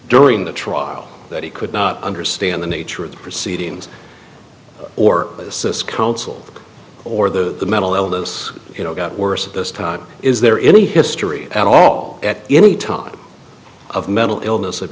during the trial that he could not understand the nature of the proceedings or counsel or the mental illness you know got worse at this time is there any history at all at any time of mental illness of